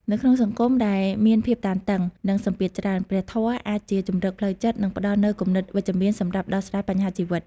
នៅក្នុងសង្គមដែលមានភាពតានតឹង និងសម្ពាធច្រើន ព្រះធម៌អាចជាជម្រកផ្លូវចិត្ត និងផ្តល់នូវគំនិតវិជ្ជមានសម្រាប់ដោះស្រាយបញ្ហាជីវិត។